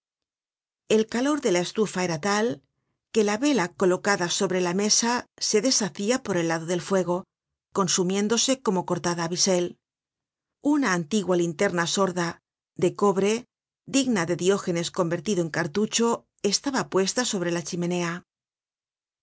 el calor de la estufa era tal que la vela colocada sobre la mesa se deshacia por el lado del fuego consumiéndose como cortada á bisel una antigua linterna sorda de cobre digna de diógenes convertido en cartucho estaba puesta sobre la chimenea